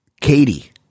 Katie